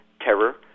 terror